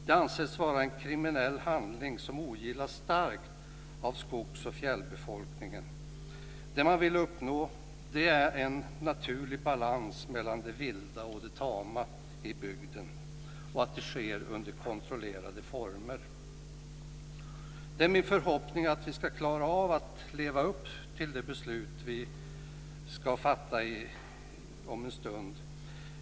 Det anses vara en kriminell handling som ogillas starkt av skogs och fjällbefolkningen. Man vill uppnå en naturlig balans mellan det vilda och det tama i bygden och att det sker under kontrollerade former. Det är min förhoppning att vi ska klara av att leva upp till det beslut vi ska fatta om en stund.